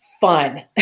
fun